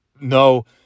no